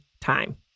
time